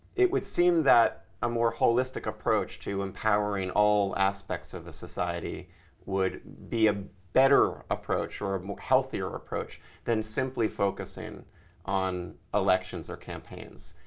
it would seem that a more holistic approach to empowering all aspects of a society would be a better approach or a healthier approach than simply focusing on elections or campaigns.